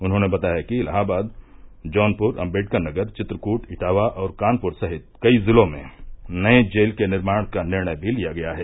उन्होंने बताया कि इलाहाबाद जौनपुर अम्बेडकरनगर चित्रकूट इटावा और कानपुर सहित कई जिलों में नये जेल के निर्माण का निर्णय भी लिया गया है